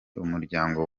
umuryango